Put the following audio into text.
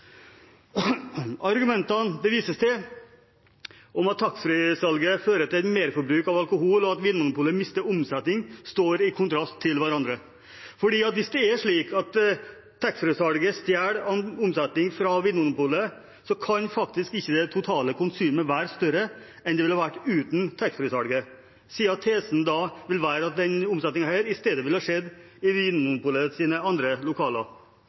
Argumentene det vises til om at taxfree-salget fører til et merforbruk av alkohol, og at Vinmonopolet mister omsetning, står i kontrast til hverandre. Hvis det er slik at taxfree-salget stjeler omsetning fra Vinmonopolet, kan faktisk ikke det totale konsumet være større enn det ville vært uten taxfree-salget, siden tesen da vil være at denne omsetningen i stedet ville skjedd i Vinmonopolets andre lokaler.